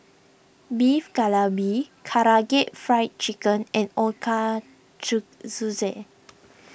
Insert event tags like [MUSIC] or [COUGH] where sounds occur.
Beef Galbi Karaage Fried Chicken and [UNINTELLIGIBLE]